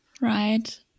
Right